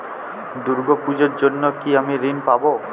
দুর্গা পুজোর জন্য কি আমি ঋণ পাবো?